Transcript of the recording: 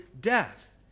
death